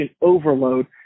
overload